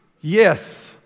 Yes